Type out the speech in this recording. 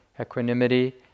equanimity